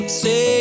say